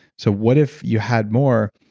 so what if you had more,